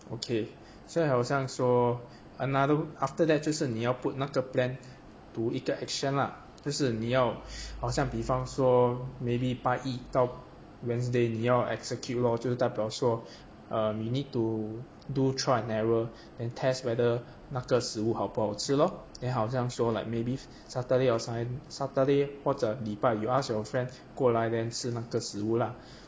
okay 所以好像说 another after that 就是你要 put 那个 plan to 一个 action lah 就是你要好像比方说 maybe 拜一到 wednesday 你要 execute lor 就是代表说 err you need to do trial and error and test whether 那个食物好不好 lor then 好像说 like maybe saturday or sun~ saturday 或者礼拜 you ask your friends 过来 then 试那个食物啦